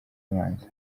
abanza